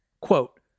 quote